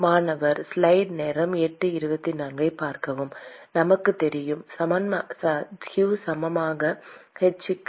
மாணவர் நமக்குத் தெரியும் q சமமான h க்கு A